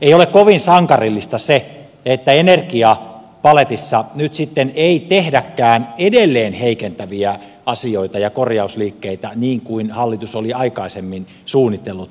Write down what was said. ei ole kovin sankarillista se että energiapaletissa nyt sitten ei tehdäkään edelleen heikentäviä asioita ja korjausliikkeitä niin kuin hallitus oli aikaisemmin suunnitellut